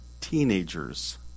teenagers